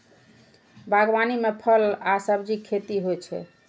बागवानी मे फल आ सब्जीक खेती होइ छै